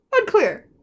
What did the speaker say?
Unclear